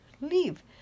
leave